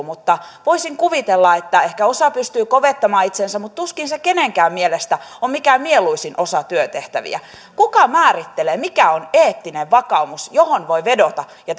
mutta voisin kuvitella että ehkä osa pystyy kovettamaan itsensä mutta tuskin se kenenkään mielestä on mikään mieluisin osa työtehtäviä kuka määrittelee mikä on eettinen vakaumus johon voi vedota ja